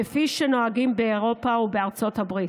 כפי שנוהגים באירופה ובארצות הברית.